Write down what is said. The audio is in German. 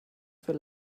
für